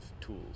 tools